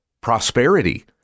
prosperity